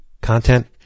content